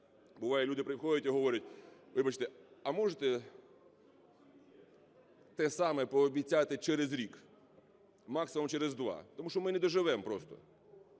буває, люди приходять і говорять: "Вибачте, а можете те саме пообіцяти через рік, максимум через два? Тому що ми не доживемо просто".